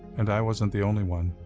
and i wasn't the only one.